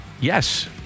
yes